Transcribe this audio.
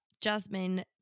jasmine